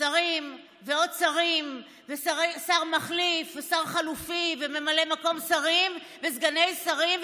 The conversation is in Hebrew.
שרים ועוד שרים ושר מחליף ושר חלופי וממלאי מקום שרים וסגני שרים,